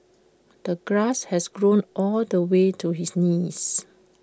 the grass had grown all the way to his knees